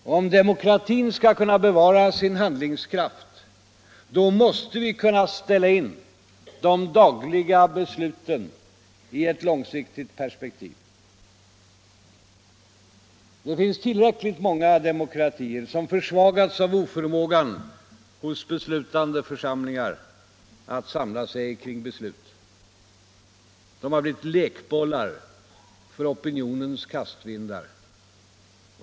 Och om demokratin skall kunna bevara sin handlingskraft, då måste vi kunna ställa in de dagliga besluten i ett långsiktigt perspektiv. Det finns tillräckligt många demokratier som försvagats av oförmågan hos beslutande församlingar att samla sig kring beslut. De har blivit lekbollar för opinionens kastvindar.